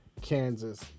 Kansas